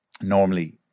Normally